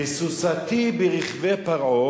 לסוסתי ברכבי פרעה